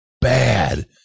bad